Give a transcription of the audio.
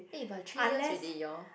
eh but three years already you all